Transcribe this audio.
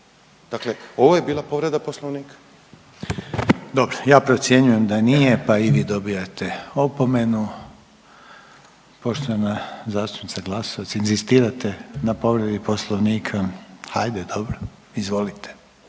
Dakle, ovo je bila povreda Poslovnika. **Reiner, Željko (HDZ)** Dobro. Ja procjenjujem da nije pa i vi dobivate opomenu. Poštovana zastupnica Glasovac inzistirate na povredi Poslovnika? Hajde dobro, izvolite.